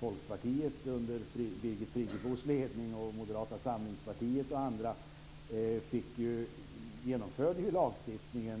Folkpartiet under Birgit Friggebos ledning, Moderata samlingspartiet och andra genomförde lagstiftningen.